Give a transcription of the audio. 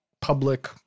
public